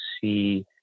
see